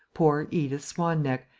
poor edith swan-neck,